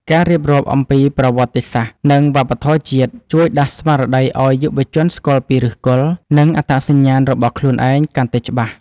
ការរៀបរាប់អំពី ប្រវត្តិសាស្ត្រ និងវប្បធម៌ជាតិ ជួយដាស់ស្មារតីឱ្យយុវជនស្គាល់ពីឫសគល់ និងអត្តសញ្ញាណរបស់ខ្លួនឯងកាន់តែច្បាស់។